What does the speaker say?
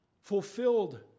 fulfilled